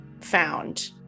found